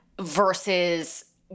versus